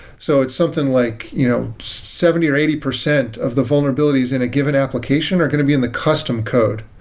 so it's something like you know seventy percent or eighty percent of the vulnerabilities in a given application are going to be in the custom code,